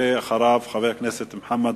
אחריו יהיה חבר הכנסת מוחמד